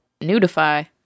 Nudify